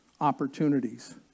Opportunities